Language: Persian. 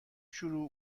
شروع